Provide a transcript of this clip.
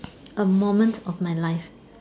a moment of my life